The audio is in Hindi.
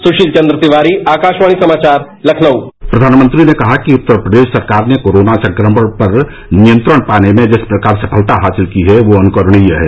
सुशील चंद्र तिवारी आकाशवाणी समाचार लखनऊ प्रधानमंत्री ने कहा कि उत्तर प्रदेश सरकार ने कोरोना संक्रमण पर नियंत्रण पाने में जिस प्रकार सफलता हासिल की है वह अनुकरणीय है